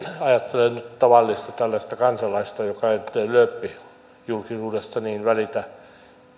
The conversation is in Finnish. ajattelen tällaista tavallista kansalaista joka ei lööppijulkisuudesta niin välitä